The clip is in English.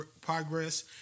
progress